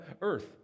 earth